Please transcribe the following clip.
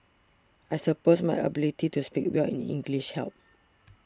I suppose my ability to speak well in English helped